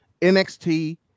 nxt